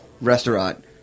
restaurant